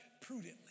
Prudently